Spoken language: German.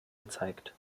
gezeigt